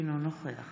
אינו נוכח